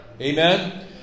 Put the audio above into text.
Amen